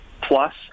plus